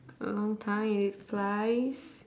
a long tongue it eat flies